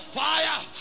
fire